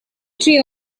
drew